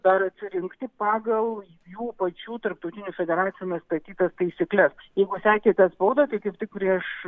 dar atsirinkti pagal jų pačių tarptautinių federacijų nustatytas taisykles jeigu sekėte spaudą tai kaip tik prieš